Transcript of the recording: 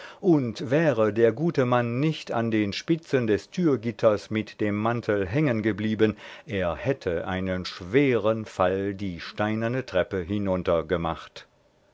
und wäre der gute mann nicht an den spitzen des türgitters mit dem mantel hängen geblieben er hätte einen schweren fall die steinerne treppe